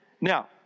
Now